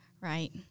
Right